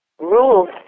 rules